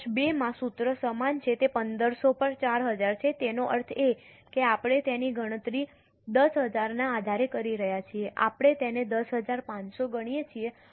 વર્ષ 2 માં સૂત્ર સમાન છે તે 1500 પર 4000 છે તેનો અર્થ એ કે આપણે તેની ગણતરી 10000ના આધારે કરી રહ્યા છીએ આપણે તેને 10500 ગણીએ છીએ